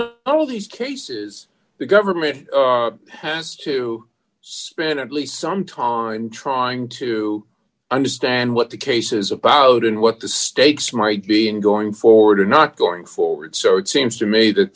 know all these cases the government has to spend at least some ta in trying to understand what the cases of cloud and what the states might be in going forward or not going forward so it seems to me that